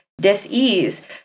dis-ease